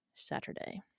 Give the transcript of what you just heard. Saturday